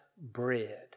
bread